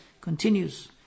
continues